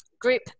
group